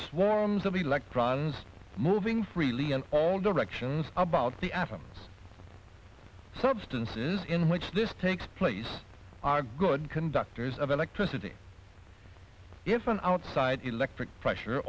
swarms of electrons moving freely and all directions about the adams substances in which this takes place are good conductors of electricity if an outside electric pressure